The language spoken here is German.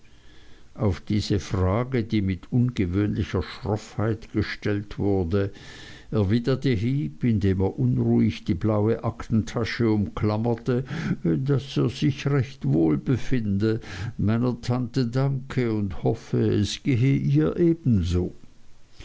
auf diese frage die mit ungewöhnlicher schroffheit gestellt wurde erwiderte heep indem er unruhig die blaue aktentasche umklammerte daß er sich recht wohl befinde meiner tante danke und hoffe es gehe ihr ebenso